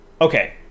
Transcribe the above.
okay